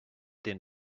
den